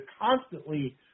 constantly